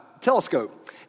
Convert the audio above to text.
telescope